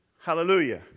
Hallelujah